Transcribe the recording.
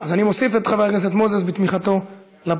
אז אני מוסיף את חבר הכנסת מוזס בתמיכתו לפרוטוקול.